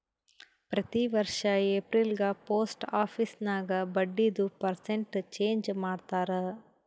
ಪ್ರತಿ ವರ್ಷ ಎಪ್ರಿಲ್ಗ ಪೋಸ್ಟ್ ಆಫೀಸ್ ನಾಗ್ ಬಡ್ಡಿದು ಪರ್ಸೆಂಟ್ ಚೇಂಜ್ ಮಾಡ್ತಾರ್